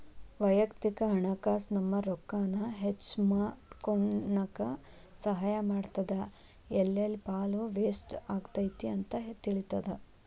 ವಯಕ್ತಿಕ ಹಣಕಾಸ್ ನಮ್ಮ ರೊಕ್ಕಾನ ಹೆಚ್ಮಾಡ್ಕೊನಕ ಸಹಾಯ ಮಾಡ್ತದ ಎಲ್ಲೆಲ್ಲಿ ಪಾಲ್ತು ವೇಸ್ಟ್ ಆಗತೈತಿ ಅಂತ ತಿಳಿತದ